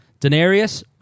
Daenerys